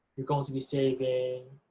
you're going to be saving